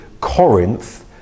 Corinth